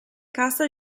cast